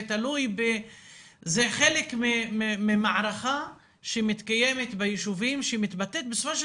זה חלק ממערכה שמתקיימת ביישובים שמתבטאת בסופו של